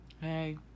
Hey